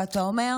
ואתה אומר,